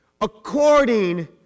according